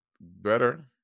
better